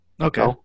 Okay